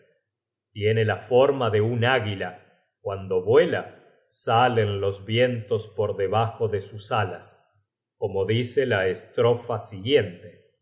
tiene la forma de un águila cuando vuela salen los vientos por debajo de sus alas como dice la estrofa siguiente